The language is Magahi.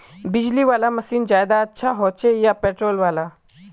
बिजली वाला मशीन ज्यादा अच्छा होचे या पेट्रोल वाला?